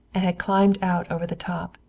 and had climbed out over the top.